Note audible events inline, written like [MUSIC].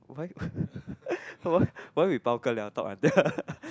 why [LAUGHS] why we bao ka liao talk until [LAUGHS]